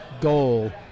goal